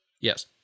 yes